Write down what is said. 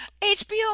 hbo